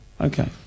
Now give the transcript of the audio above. okay